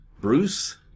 Bruce